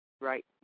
Right